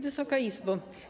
Wysoka Izbo!